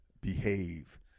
behave